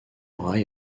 rail